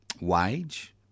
wage